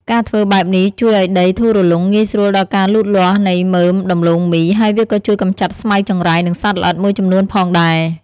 ការធ្វើបែបនេះជួយឱ្យដីធូររលុង ងាយស្រួលដល់ការលូតលាស់នៃមើមដំឡូងមី ហើយវាក៏ជួយកម្ចាត់ស្មៅចង្រៃ និងសត្វល្អិតមួយចំនួនផងដែរ។